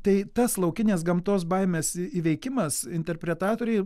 tai tas laukinės gamtos baimės įveikimas interpretatoriai